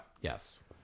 Yes